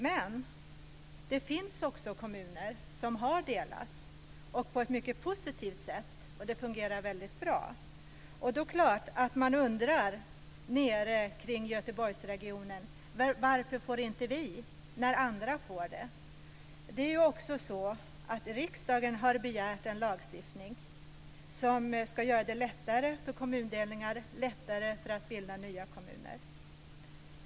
Men det finns också kommuner som har delats på ett väldigt positivt sätt och där det fungerar väldigt bra, så det är klart att man nere i Göteborgsregionen frågar sig: Varför får inte vi när andra får det? Dessutom är det så att riksdagen har begärt en lagstiftning som ska göra det lättare vad gäller kommundelningar och bildandet av nya kommuner.